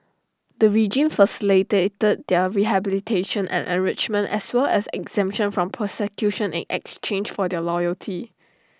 the regime facilitated their rehabilitation and enrichment as well as exemption from prosecution in exchange for their loyalty